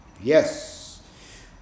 yes